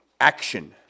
Action